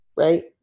Right